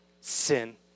sin